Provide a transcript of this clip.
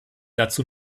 dazu